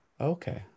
Okay